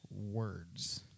words